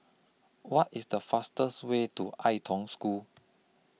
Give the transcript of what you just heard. What IS The fastest Way to Ai Tong School